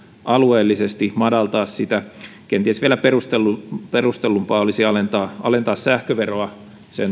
alueellisesti madaltaa sitä kenties vielä perustellumpaa perustellumpaa olisi alentaa alentaa sähköveron